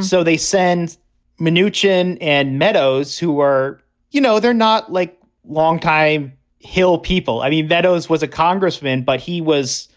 so they send manoogian and meadow's who are you know, they're not like longtime hill people. i mean, beddows was a congressman, but he was